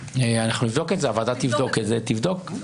אנחנו נבדוק את זה, הוועדה תבדוק את זה, בסדר.